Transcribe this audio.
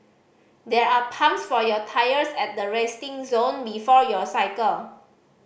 there are pumps for your tyres at the resting zone before you cycle